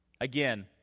Again